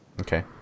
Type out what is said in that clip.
Okay